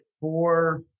four